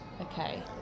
Okay